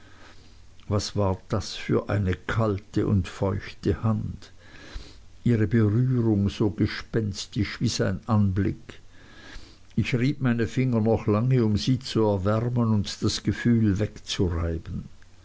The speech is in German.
was war das für eine kalte und feuchte hand ihre berührung so gespenstisch wie sein anblick ich rieb meine finger noch lange um sie zu erwärmen und das gefühl wegzureiben